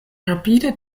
rapide